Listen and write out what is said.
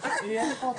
A,